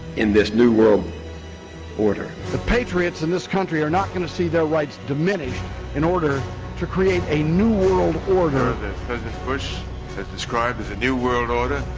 in this new world order. the patriots in this country are not gonna see their rights. diminished in order to create a new world order. ah that president bush has described as a new world order,